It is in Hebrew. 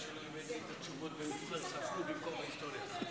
במקום ההיסטוריה.